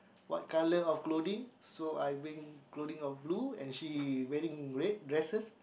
what color of clothing so I wearing clothing of blue and she wearing red dresses